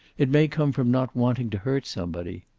it may come from not wanting to hurt somebody.